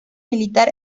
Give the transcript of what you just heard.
militar